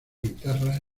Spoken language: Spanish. guitarra